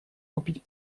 купить